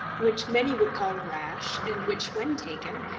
which many would call rash, and which, when taken,